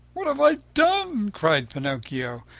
what have i done? cried pinocchio,